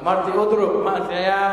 אמרתי "אודרוב", מה זה?